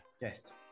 guest